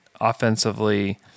offensively